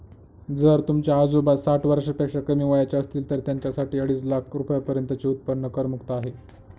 जर तुमचे आजोबा साठ वर्षापेक्षा कमी वयाचे असतील तर त्यांच्यासाठी अडीच लाख रुपयांपर्यंतचे उत्पन्न करमुक्त आहे